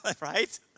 right